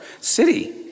city